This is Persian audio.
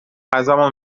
غذامو